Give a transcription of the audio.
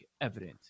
evident